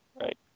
right